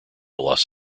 los